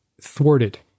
thwarted